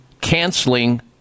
canceling